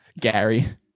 Gary